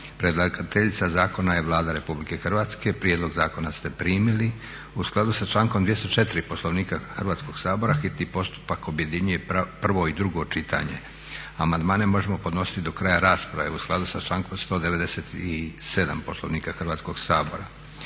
Predlagateljica zakona je Vlada Republike Hrvatske. Prijedlog zakona ste primili. U skladu sa člankom 204. Poslovnika Hrvatskog sabora hitni postupak objedinjuje prvo i drugo čitanje. Amandmane možemo podnositi do kraja rasprave u skladu sa člankom 197. Poslovnika Hrvatskog sabora.